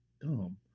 dumb